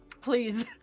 Please